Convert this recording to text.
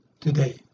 today